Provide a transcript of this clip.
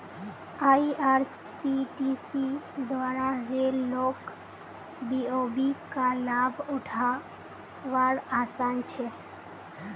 IRCTC द्वारा रेल लोक बी.ओ.बी का लाभ उठा वार आसान छे